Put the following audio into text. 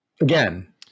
again